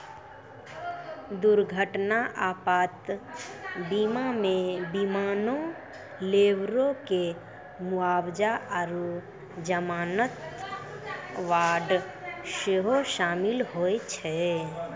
दुर्घटना आपात बीमा मे विमानो, लेबरो के मुआबजा आरु जमानत बांड सेहो शामिल होय छै